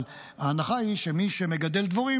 אבל ההנחה היא שמי שמגדל דברים,